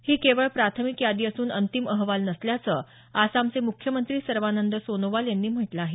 ही केवळ प्राथमिक यादी असून अंतिम अहवाल नसल्याचं आसामचे मुख्यमंत्री सर्वानंद सोनोवाल यांनी म्हटलं आहे